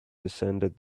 descended